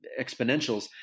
exponentials